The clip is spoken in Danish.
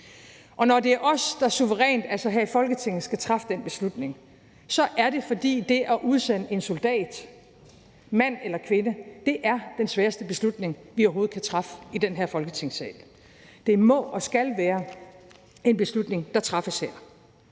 Og når det er os, der suverænt, altså her i Folketinget, der skal træffe den beslutning, så er det, fordi det at udsende en soldat, mand eller kvinde, er den sværeste beslutning, vi overhovedet kan træffe i den her Folketingssal. Det må og skal være en beslutning, der træffes her.